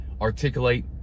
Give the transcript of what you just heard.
Articulate